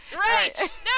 right